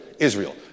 Israel